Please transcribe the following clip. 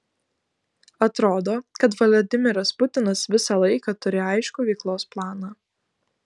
atrodo kad vladimiras putinas visą laiką turi aiškų veiklos planą